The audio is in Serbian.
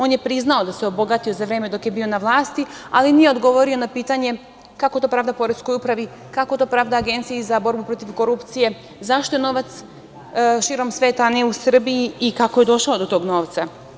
On je priznao da se obogatio za vreme dok je bio na vlasti, ali nije odgovorio na pitanje kako to pravda poreskoj upravi, kako to pravda Agenciji za borbu protiv korupcije, zašto je novac širom sveta, a nije u Srbiji, i kako je došao do tog novca.